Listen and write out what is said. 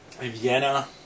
Vienna